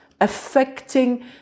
affecting